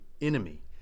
enemy